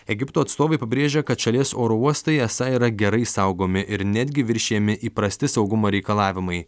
egipto atstovai pabrėžia kad šalies oro uostai esą yra gerai saugomi ir netgi viršijami įprasti saugumo reikalavimai